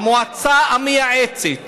המועצה המייעצת